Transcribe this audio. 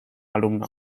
alumno